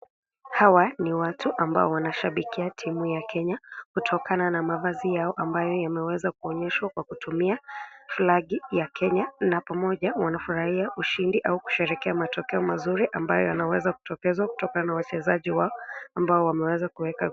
Hawa ni watu ambao wanashabikia timu ya Kenya, kutokana na mavazi yao ambayo yameweza kuonyeshwa kwa kutumia flagi ya Kenya na pamoja wanafurahia ushindi au kusherehekea matokeo mazuri ambayo yameweza kutokezwa kutokana na wachezaji wao ambao wameweza kueka.